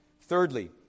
Thirdly